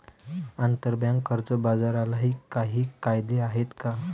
आंतरबँक कर्ज बाजारालाही काही कायदे आहेत का?